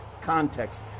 context